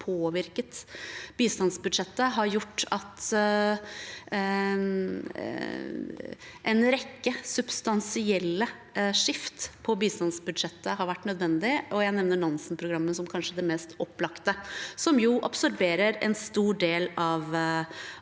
påvirket bistandsbudsjettet, har gjort at en rekke substansielle skift på bistandsbudsjettet har vært nødvendig. Jeg nevner Nansen-programmet som kanskje det mest opplagte, som jo absorberer en stor del av